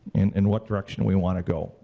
and and what direction we want to go.